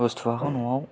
बुस्थुखौ न'आव